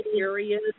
areas